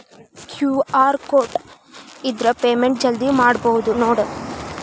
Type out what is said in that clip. QR code ಇದ್ರ payment ಜಲ್ದಿ ಮಾಡಬಹುದು ನೋಡ್